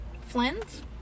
Flynn's